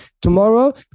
Tomorrow